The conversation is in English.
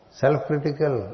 self-critical